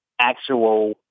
actual